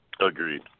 Agreed